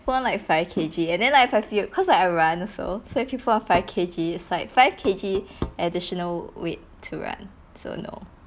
put on like five kg and then like if I feel cause like I run also so if you put on five kg it's like five kg additional weight to run so no